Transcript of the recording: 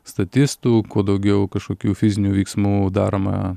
statistų kuo daugiau kažkokių fizinių veiksmų daroma